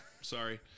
Sorry